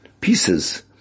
pieces